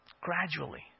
gradually